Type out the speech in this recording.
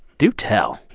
do tell.